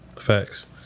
facts